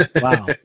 wow